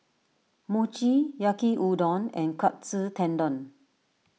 Mochi Yaki Udon and Katsu Tendon